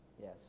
Yes